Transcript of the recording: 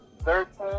Thirteen